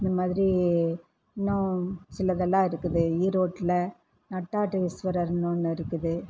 இதுமாதிரி இன்னும் சிலதெல்லாம் இருக்குது ஈரோட்டில் நட்டாத்து ஈஸ்வரர்ன்னு ஒன்று இருக்குது